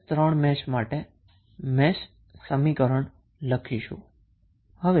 આપણે ત્રણેય મેશ માટે મેશ સમીકરણ લખીશું